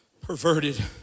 perverted